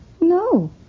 No